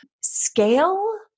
scale